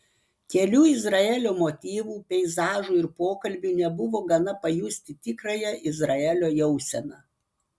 kelių izraelio motyvų peizažų ir pokalbių nebuvo gana pajusti tikrąją izraelio jauseną